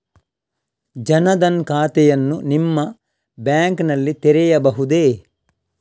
ಜನ ದನ್ ಖಾತೆಯನ್ನು ನಿಮ್ಮ ಬ್ಯಾಂಕ್ ನಲ್ಲಿ ತೆರೆಯಬಹುದೇ?